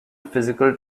physical